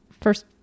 first